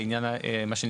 על עניין הקישוריות,